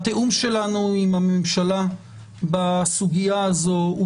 התיאום שלנו עם הממשלה בסוגיה הזאת הוא